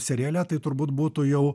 seriale tai turbūt būtų jau